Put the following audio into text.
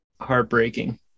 heartbreaking